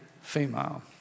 female